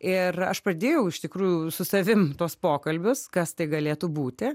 ir aš pradėjau iš tikrųjų su savim tuos pokalbius kas tai galėtų būti